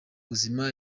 buzima